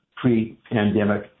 pre-pandemic